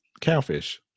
Cowfish